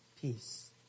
Peace